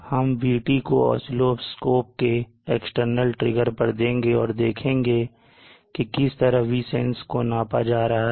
हम VT को oscilloscope के एक्सटर्नल ट्रिगर पर देंगे और देखेंगे की किस तरह Vsense को नापा जा रहा है